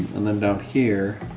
and then down here,